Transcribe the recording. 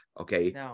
okay